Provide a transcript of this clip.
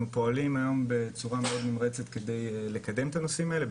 פועלים היום בצורה מאוד נמרצת כדי לקדם את הנושאים האלה.